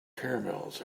caramels